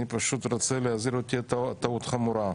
אני פשוט בא להזהיר שזאת תהיה טעות חמורה.